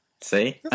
See